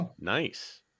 Nice